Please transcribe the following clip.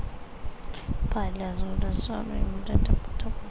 ফাইলালস গুলা ছব ইম্পর্টেলট ব্যাপার গুলা পড়ে